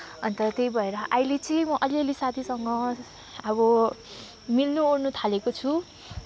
अन्त त्यही भएर अहिले चाहिँ म अलिअलि साथीसँग अब मिल्नु ओर्नु थालेको छु